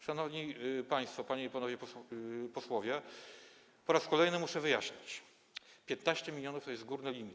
Szanowni państwo, panie i panowie posłowie, po raz kolejny muszę wyjaśniać: 15 mln to jest górny limit.